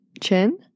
chin